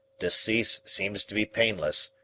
decease seems to be painless,